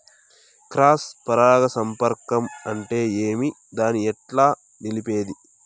Cross పరాగ సంపర్కం అంటే ఏమి? దాన్ని ఎట్లా నిలిపేది?